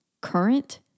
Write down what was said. current